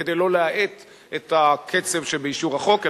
כדי לא להאט את הקצב שבאישור החוק,